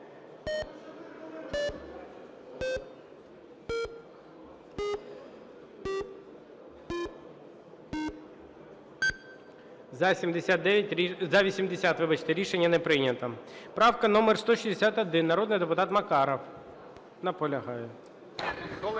За-80 Рішення не прийнято. Правка номер 161, народний депутат Макаров. Наполягає.